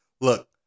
Look